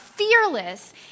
fearless